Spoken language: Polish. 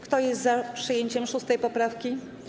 Kto jest za przyjęciem 6. poprawki?